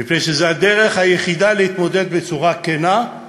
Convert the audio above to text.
מפני שזו הדרך היחידה להתמודד בצורה כנה עם